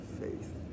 faith